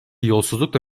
yolsuzlukla